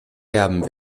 erben